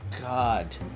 god